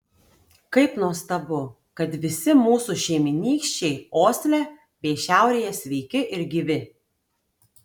kaip nuostabu kad visi mūsų šeimynykščiai osle bei šiaurėje sveiki ir gyvi